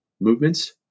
movements